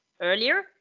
earlier